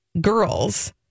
girls